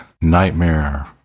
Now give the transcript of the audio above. Nightmare